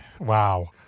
Wow